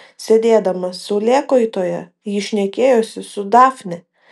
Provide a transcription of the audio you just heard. sėdėdama saulėkaitoje ji šnekėjosi su dafne